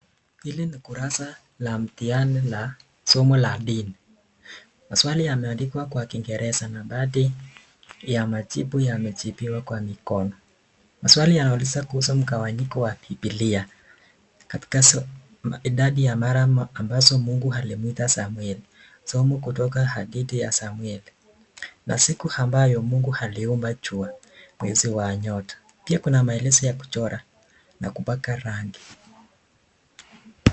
Hili ni kurasa la mtihani la somo la dini. Maswali yamwandikwa kwa kiingereza na baadhi ya majibu yamejibiwa kwa mikono. Maswali yanauliza kuhusu mgawanyiko wa bibilia. Katika idadi ya mara ambazo mungu alimuita samueli somo kutoka hadithi ya Samueli na siku ambayo mungu aliumba jua, mwezi na nyota. Pia kuna maelezo ya kuchora na kupaka rangi.